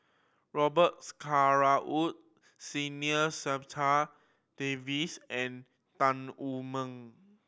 Robet Carr Woods Senior Davies and Tan Wu Meng